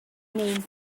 name